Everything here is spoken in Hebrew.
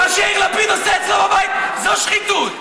מה שיאיר לפיד אצלו בבית זו שחיתות.